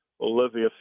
Olivia